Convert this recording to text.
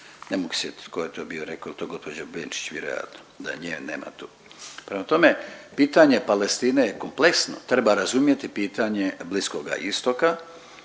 sjetiti tko je to bio rekao jel' to gospođa Benčić vjerojatno da nje nema tu. Prema tome, pitanje Palestine je kompleksno, treba razumjeti pitanje Bliskoga istoka,